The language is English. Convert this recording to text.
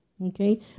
Okay